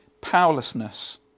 powerlessness